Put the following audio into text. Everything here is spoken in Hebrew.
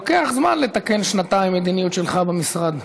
לוקח זמן לתקן שנתיים מדיניות שלך במשרד.